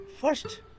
first